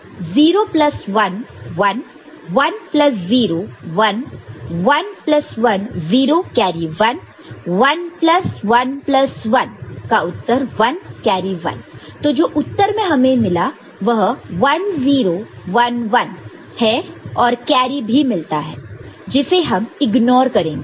0 plus 1 1 1 plus 0 1 1 plus 1 0 carry 1 1 plus 1 plus 1 1 carry 1 तो उत्तर में हमें 1 0 1 1 मिलता है और कैरी भी मिलता है जिसे हम इग्नोर करेंगे